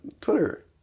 Twitter